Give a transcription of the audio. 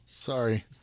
Sorry